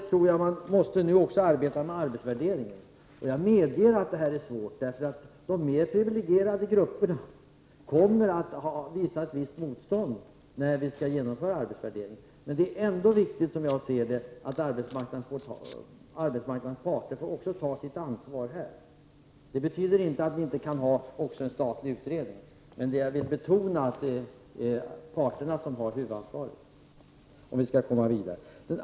Jag tror att man nu måste arbeta på samma sätt med arbetsvärderingen. Jag medger att detta är svårt, eftersom de mer privilegierade grupperna kommer att göra ett visst motstånd när arbetsvärderingen skall genomföras. Men det är, som jag ser det, viktigt att arbetsmarknadens parter får ta sitt ansvar också här. Det betyder inte att vi inte kan ha även en statlig utredning, men jag vill betona att det är väsentligt att parterna får ha huvudansvaret, för att vi skall kunna komma vidare.